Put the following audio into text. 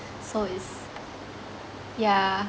so it's yeah